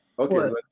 Okay